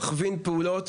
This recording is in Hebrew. מכווין פעולות,